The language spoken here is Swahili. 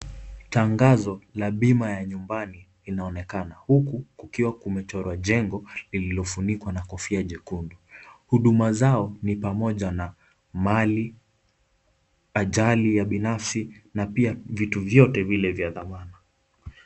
Tangazo ya bima ya nyumbani inaonekana huku kukiwa kumechorwa jengo likiwa limefunikwa na kofia jekundu. Huduma zao ni pamoja na mali, ajali ya binafsi na pia vitu vyote vile vya dhamana.